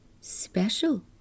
special